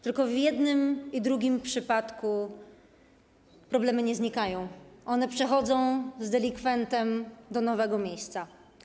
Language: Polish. Tylko że w jednym i drugim przypadku problemy nie znikają, one przechodzą z delikwentem do nowego miejsca.